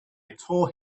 tore